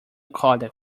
codec